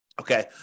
Okay